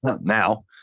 Now